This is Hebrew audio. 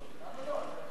למה לא, אתה יכול.